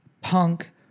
punk